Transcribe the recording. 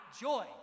joy